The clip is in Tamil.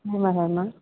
ம்மா